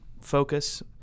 focus